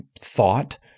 thought